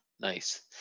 Nice